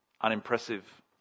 unimpressive